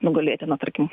nugalėti na tarkim